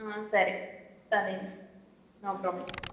సరే సరే no problem